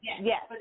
Yes